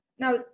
Now